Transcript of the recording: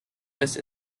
list